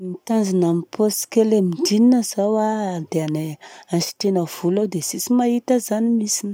Ny tanjogna amin'ny poche kely amin'ny jean izao a dia agnasitrihana vola ao dia tsisy mahita zany mintsiny.